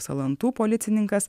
salantų policininkas